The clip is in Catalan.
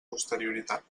posterioritat